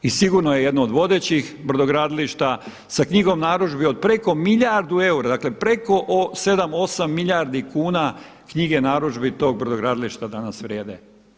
I sigurno je jedno od vodećih brodogradilišta sa knjigom narudžbi od preko milijardu eura, dakle preko 7, 8 milijardi kuna knjige narudžbi tog brodogradilišta danas vrijedi.